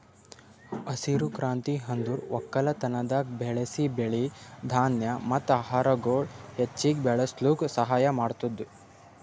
ಹಸಿರು ಕ್ರಾಂತಿ ಅಂದುರ್ ಒಕ್ಕಲತನದಾಗ್ ಬೆಳಸ್ ಬೆಳಿ, ಧಾನ್ಯ ಮತ್ತ ಆಹಾರಗೊಳ್ ಹೆಚ್ಚಿಗ್ ಬೆಳುಸ್ಲುಕ್ ಸಹಾಯ ಮಾಡ್ತುದ್